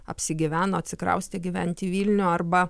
apsigyveno atsikraustė gyvent į vilnių arba